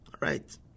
Right